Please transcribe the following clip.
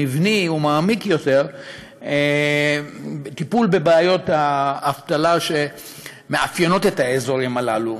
מבני ומעמיק יותר לטיפול בבעיות האבטלה שמאפיינות את האזורים הללו.